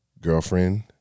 girlfriend